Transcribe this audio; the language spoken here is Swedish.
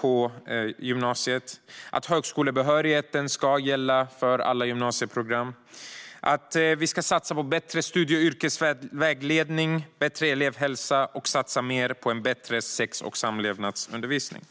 på gymnasiet. Högskolebehörigheten ska gälla för alla gymnasieprogram. Vi ska satsa på bättre studie och yrkesvägledning och bättre elevhälsa. Vi ska satsa mer på en bättre sex och samlevnadsundervisning.